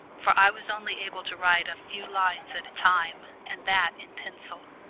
for i was only able to write a few lines at a time, and that in pencil.